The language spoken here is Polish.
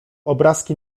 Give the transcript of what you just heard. obrazki